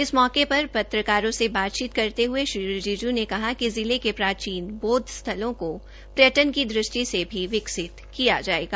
इस मौके पर पत्रकारों से बातचीत करते हये श्री रिजिजू ने कहा कि जिले के प्राचीन बौद्व स्थलों को पर्यटन की दृष्टि से भी विकसित किया जायेगा